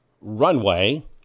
runway